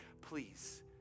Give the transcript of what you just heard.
Please